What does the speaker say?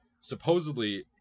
supposedly